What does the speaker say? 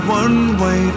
one-way